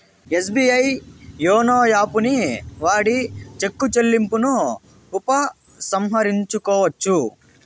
SBI YONO యాపుని వాడి cheque చెల్లింపును ఉపసంహరించుకోవచ్చు